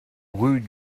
rue